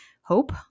hope